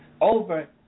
over